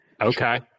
Okay